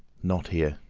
not here.